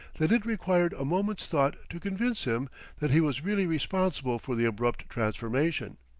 that it required a moment's thought to convince him that he was really responsible for the abrupt transformation.